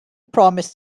promised